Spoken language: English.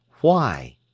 Why